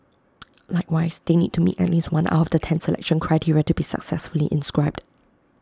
likewise they need to meet at least one out of the ten selection criteria to be successfully inscribed